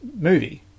movie